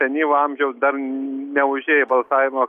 senyvo amžiaus dar neužėję į balsavimo